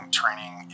training